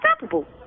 unstoppable